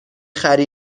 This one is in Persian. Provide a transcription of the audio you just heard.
خری